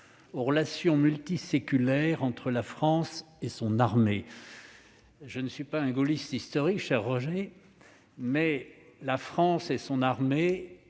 aux relations multiséculaires entre la France et son armée. Je ne suis pas un gaulliste historique, cher Roger, ... Regrets